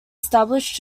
established